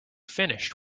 finished